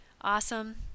awesome